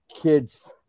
kids